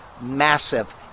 massive